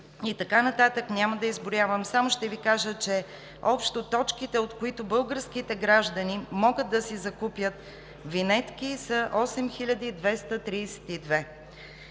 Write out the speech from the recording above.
и така нататък, няма да изброявам. Само ще Ви кажа, че общо точките, от които българските граждани могат да си закупят винетки, са 8232.